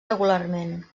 regularment